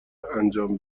انجام